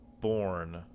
born